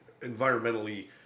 environmentally